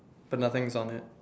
but nothing's on it